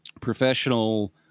professional